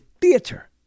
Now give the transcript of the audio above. theater